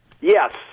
Yes